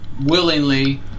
willingly